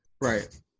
Right